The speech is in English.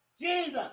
Jesus